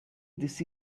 this